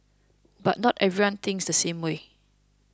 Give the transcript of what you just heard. but not everyone thinks the same way